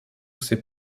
ses